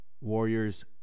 Warriors